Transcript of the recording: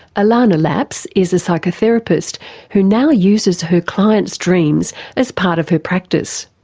ilana laps is a psychotherapist who now uses her clients' dreams as part of her practice.